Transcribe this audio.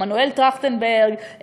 מנואל טרכטנברג,